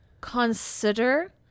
consider